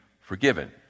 forgiven